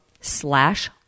slash